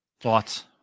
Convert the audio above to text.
Thoughts